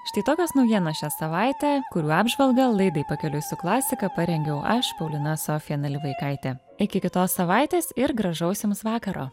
štai tokios naujienos šią savaitę kurių apžvalgą laidai pakeliui su klasika parengiau aš paulina sofija nalivaikaitė iki kitos savaitės ir gražaus jums vakaro